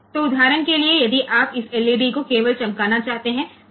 तो उदाहरण के लिए यदि आप इस एलईडी को केवल चमकाना चाहते हैं